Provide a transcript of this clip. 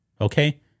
okay